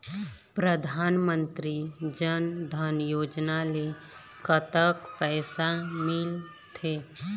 परधानमंतरी जन धन योजना ले कतक पैसा मिल थे?